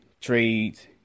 trades